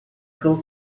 could